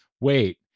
wait